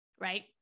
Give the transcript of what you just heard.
right